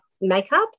makeup